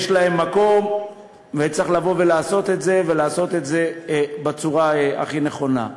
יש להם מקום, וצריך לעשות את זה בצורה הכי נכונה.